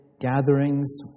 gatherings